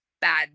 bad